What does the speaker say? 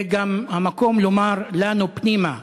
זה גם המקום לומר לנו, פנימה: